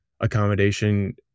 accommodation